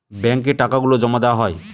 ব্যাঙ্কে টাকা গুলো জমা দেওয়া হয়